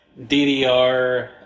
DDR